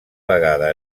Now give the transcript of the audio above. vegada